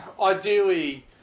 ideally